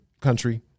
country